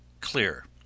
clear